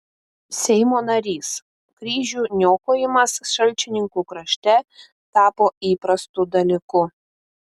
seimo narys kryžių niokojimas šalčininkų krašte tapo įprastu dalyku